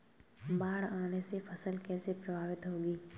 बाढ़ आने से फसल कैसे प्रभावित होगी?